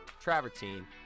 travertine